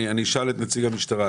אני אשאל את נציג המשטרה.